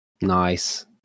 Nice